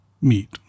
meet